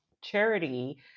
charity